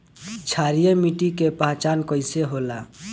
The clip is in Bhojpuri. क्षारीय मिट्टी के पहचान कईसे होला?